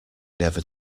never